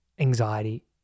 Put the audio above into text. Anxiety